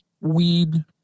weed